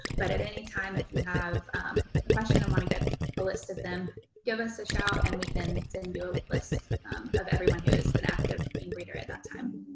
but at any time if you have a question or want to get a list of them give us a shout and we can send you a list of everyone who is an active queen breeder at that time.